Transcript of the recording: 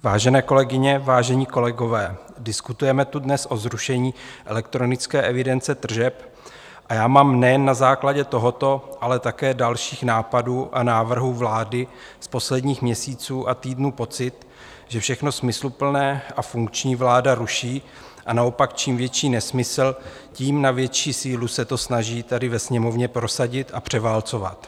Vážené kolegyně, vážení kolegové, diskutujeme tu dnes o zrušení elektronické evidence tržeb a já mám nejen na základě tohoto, ale také dalších nápadů a návrhů vlády z posledních měsíců a týdnů pocit, že všechno smysluplné a funkční vláda ruší a naopak čím větší nesmysl, tím na větší sílu se to snaží tady ve Sněmovně prosadit a převálcovat.